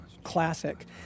classic